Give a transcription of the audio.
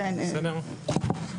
בסדר?